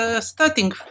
starting